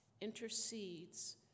intercedes